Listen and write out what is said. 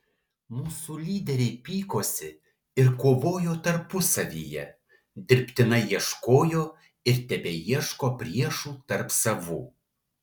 mūsų lyderiai pykosi ir kovojo tarpusavyje dirbtinai ieškojo ir tebeieško priešų tarp savų